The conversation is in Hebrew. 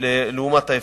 לעומת ההפסד.